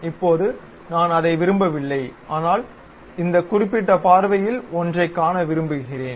இப்போது நான் அதை விரும்பவில்லை ஆனால் இந்த குறிப்பிட்ட பார்வையில் ஒன்றைக் காண விரும்புகிறேன்